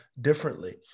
differently